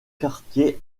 quartiers